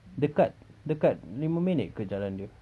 dekat dekat lima minit ke jalan dia